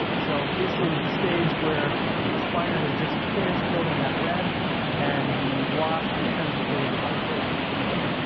so this is the stage where the spider has just finished building that web and the wasp returns the favor by killing it and eating it.